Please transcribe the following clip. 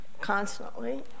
constantly